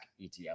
ETF